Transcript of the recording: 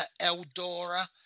Eldora